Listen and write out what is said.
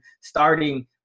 starting